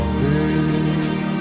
day